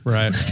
Right